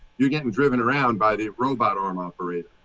you're getting driven around by the robot arm operator.